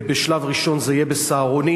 ובשלב ראשון זה יהיה ב"סהרונים",